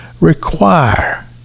require